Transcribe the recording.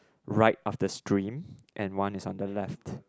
right of the stream and one is on the left